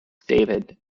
david